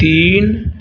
तीन